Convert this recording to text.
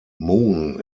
moon